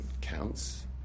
counts